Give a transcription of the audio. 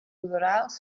ruderals